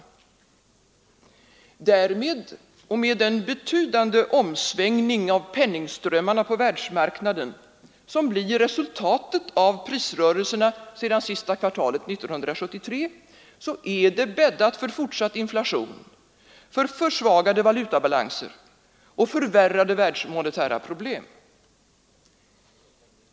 Därmed, och med den betydande omsvängning av penningströmmarna på världsmarknaden som blir resultatet av prisrörelserna sedan sista kvartalet 1973, är det bäddat för fortsatt inflation, försvagade valutabalanser och förvärrade världsmonetära problem.